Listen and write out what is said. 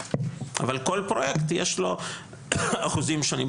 אבל כל פרוייקט יש לו אחוזים שונים.